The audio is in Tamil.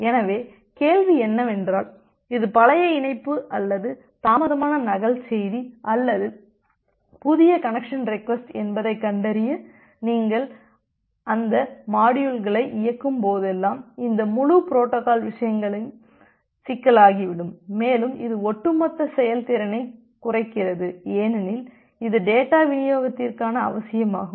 எனவே கேள்வி என்னவென்றால் இது பழைய இணைப்பு அல்லது தாமதமான நகல் செய்தி அல்லது புதிய கனெக்சன் ரெக்வஸ்ட் என்பதைக் கண்டறிய நீங்கள் அந்த மாடியுல்களை இயக்கும் போதெல்லாம் இந்த முழு புரோட்டோகால் விஷயங்களும் சிக்கலாகிவிடும் மேலும் இது ஒட்டுமொத்த செயல்திறனைக் குறைக்கிறது ஏனெனில் இது டேட்டா விநியோகத்திற்கான அவசியமாகும்